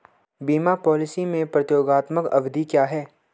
बीमा पॉलिसी में प्रतियोगात्मक अवधि क्या है?